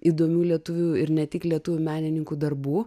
įdomių lietuvių ir ne tik lietuvių menininkų darbų